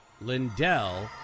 Lindell